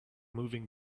moving